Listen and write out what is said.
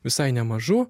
visai nemažų